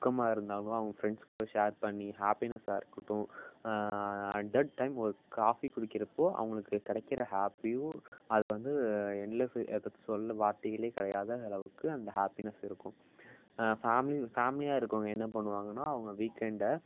துக்கமாக இருந்தாலும் அவங்க ஃப்ரெண்ட்ஸ் கூட ஷேர் பண்ணி ஹாப்பினஸ்ஸாக இருக்கட்டும் அட் தட் டைம் ஒரு காஃபி குடிக்கிறப்போது அவங்களுக்கு கிடைக்கிற ஹாப்பியும் அது வந்து எண்ட்லெஸு அது சொல்ல வார்த்தைகளே கிடையாது அளவுக்கு அந்த ஹாப்பினஸ் இருக்கும் ஃபேமிலி ஃபேமிலியாக இருக்கவங்கள் என்ன பண்ணுவாங்கன்னால் அவங்க வீக் எண்டை